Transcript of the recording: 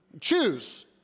Choose